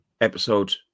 episode